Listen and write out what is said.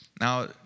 Now